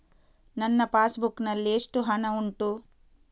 ನನ್ನ passbook ನಲ್ಲಿ ಎಷ್ಟು ಹಣ ಉಂಟು?